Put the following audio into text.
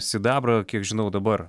sidabrą kiek žinau dabar